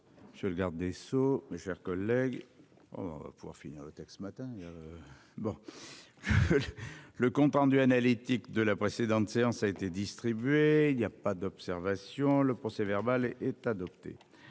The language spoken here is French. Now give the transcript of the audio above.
Je le garde des sceaux, mes chers collègues. Pour finir le texte ce matin. Bon. Le compte rendu analytique de la précédente séance a été distribué il y a pas d'observation, le procès verbal est adopté.